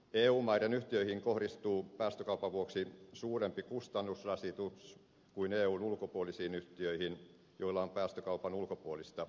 eu maiden yhtiöihin kohdistuu päästökaupan vuoksi suurempi kustannusrasitus kuin eun ulkopuolisiin yhtiöihin joilla on päästökaupan ulkopuolista liikennettä